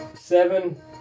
seven